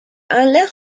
aanleg